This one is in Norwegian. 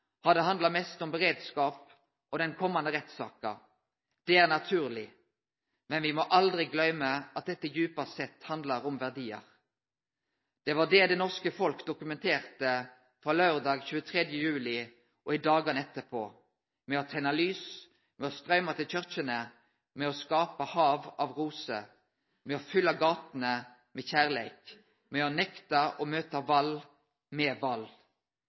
har det handla mest om beredskap og den komande rettssaka. Det er naturleg. Men me må aldri gløyme at dette djupast sett handlar om verdiar! Det var det det norske folk dokumenterte frå laurdag 23. juli og i dagane etterpå – med å tenne lys, med å strøyme til kyrkjene, med å skape hav av roser, med å fylle gatene med kjærleik, med å nekte å møte vald med